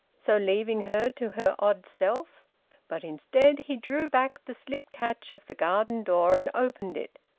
so leaving her to her odd self but, instead, he drew back the slip-catch of the garden door and opened it,